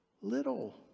little